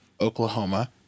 Oklahoma